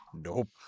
Nope